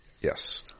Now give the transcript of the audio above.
Yes